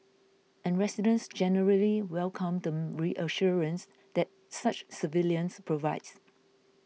and residents generally welcome the reassurance that such surveillance provides